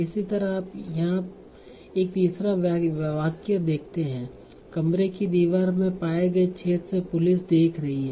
इसी तरह आप यहाँ एक तीसरा वाक्य देख सकते हैं कमरे की दीवार में पाए गए छेद से पुलिस देख रही हैं